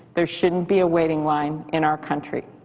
there shouldn't be a waiting line in our country.